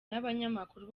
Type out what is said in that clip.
n’abanyamakuru